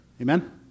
Amen